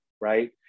right